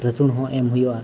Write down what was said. ᱨᱟᱹᱥᱩᱱ ᱦᱚᱸ ᱮᱢ ᱦᱩᱭᱩᱜᱼᱟ